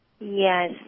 Yes